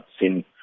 seen